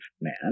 man